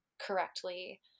correctly